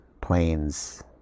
planes